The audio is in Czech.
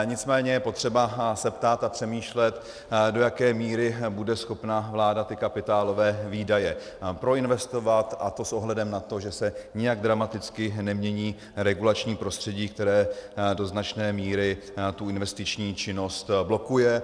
Nicméně je potřeba se ptát a přemýšlet, do jaké míry bude schopna vláda ty kapitálové výdaje proinvestovat, a to s ohledem na to, že se nijak dramaticky nemění regulační prostředí, které do značné míry tu investiční činnost blokuje.